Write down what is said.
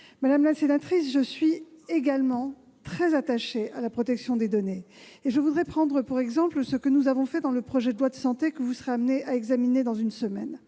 Madame la sénatrice, je suis également très attachée à la protection des données. Je voudrais prendre pour exemple ce que nous avons fait dans le projet de loi Santé que vous serez amenés à examiner dans une semaine.